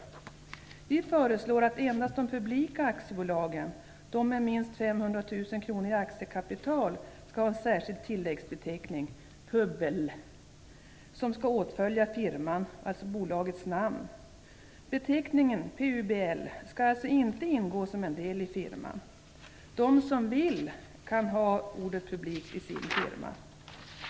Vi föreslår att endast de publika aktiebolagen, de med minst 500 000 kronor i aktiekapital skall ha en särskild tilläggsbeteckning, "", som skall åtfölja firman, dvs. bolagets namn. Beteckningen "" skall alltså inte ingå som en del i firman. De som vill kan ha ordet "publikt" i sin firma.